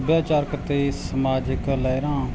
ਸਭਿਆਚਾਰਕ ਤੇ ਸਮਾਜਿਕ ਲਹਿਰਾਂ